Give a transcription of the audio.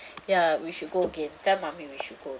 ya we should go again tell mummy we should go